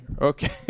Okay